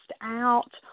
out